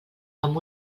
amb